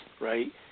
right